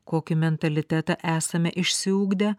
kokį mentalitetą esame išsiugdę